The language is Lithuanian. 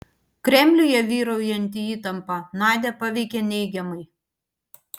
kremliuje vyraujanti įtampa nadią paveikė neigiamai